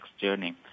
journey